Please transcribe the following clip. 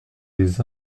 des